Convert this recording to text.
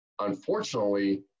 Unfortunately